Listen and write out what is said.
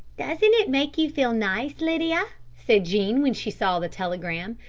doesn't it make you feel nice, lydia, said jean, when she saw the telegram,